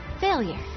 Failure